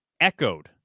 echoed